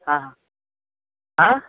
ह ह आ